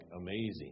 amazing